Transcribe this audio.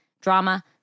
drama